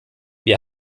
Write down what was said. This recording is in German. wir